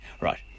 right